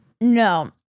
No